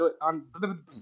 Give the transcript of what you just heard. on